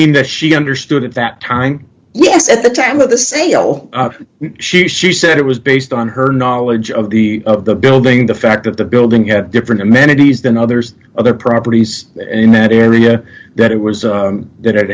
mean that she understood at that time yes at the time of the sale she she said it was based on her knowledge of the building the fact that the building at different amenities than others other properties in that area that it was that it